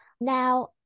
Now